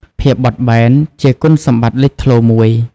ភាពបត់បែន ជាគុណសម្បត្តិលេចធ្លោមួយ។